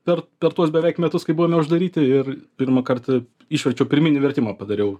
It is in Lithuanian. per per tuos beveik metus kai buvome uždaryti ir pirmą kartą išverčiau pirminį vertimą padariau